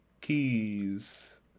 keys